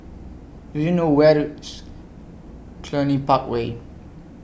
Do YOU know Where IS Cluny Park Way